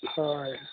হয়